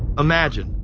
imagine,